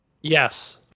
Yes